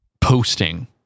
posting